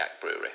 Brewery